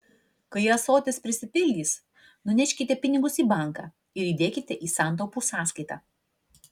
kai ąsotis prisipildys nuneškite pinigus į banką ir įdėkite į santaupų sąskaitą